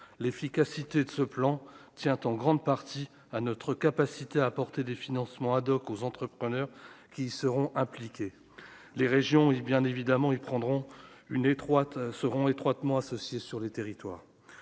l'efficacité de ce plan tient en grande partie à notre capacité à apporter des financements hoc aux entrepreneurs qui seront impliqués, les régions et, bien évidemment, ils prendront une étroite seront étroitement associés sur les territoires,